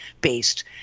based